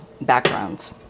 backgrounds